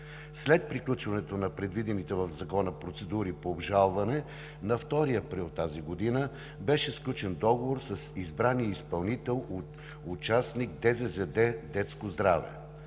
След приключването на предвидените в Закона процедури по обжалване на 2 април 2020 г. беше сключен договор с избрания за изпълнител участник – ДЗЗД „Детско здраве“.